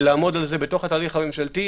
לעמוד על זה בתוך התהליך הממשלתי.